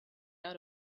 out